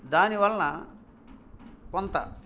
దాని వలన కొంత